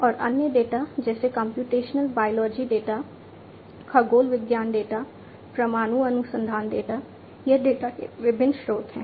और अन्य डेटा जैसे कम्प्यूटेशनल बायोलॉजी डेटा खगोल विज्ञान डेटा परमाणु अनुसंधान डेटा ये डेटा के विभिन्न स्रोत हैं